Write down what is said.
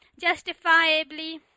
justifiably